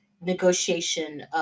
negotiation